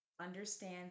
understand